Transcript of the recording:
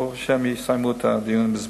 ברוך השם, יסיימו את הדיונים בזמן.